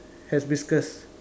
has whiskers